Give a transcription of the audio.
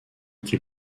qu’il